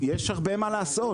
יש הרבה מה לעשות